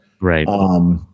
Right